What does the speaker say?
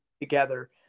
together